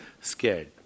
scared